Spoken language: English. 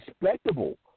respectable